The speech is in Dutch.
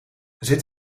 zit